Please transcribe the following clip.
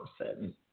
person